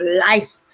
life